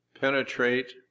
penetrate